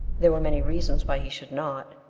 there were many reasons why he should not.